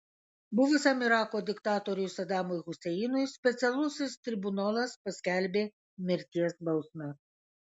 buvusiam irako diktatoriui sadamui huseinui specialusis tribunolas paskelbė mirties bausmę